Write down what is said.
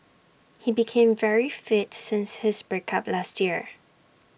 he became very fit since his break up last year